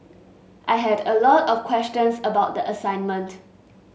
I had a lot of questions about the assignment